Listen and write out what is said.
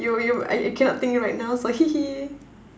you you I I cannot think right now so hee hee